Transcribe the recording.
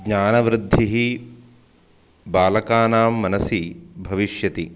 ज्ञानवृद्धिः बालकानां मनसि भविष्यति